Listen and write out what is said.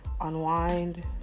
unwind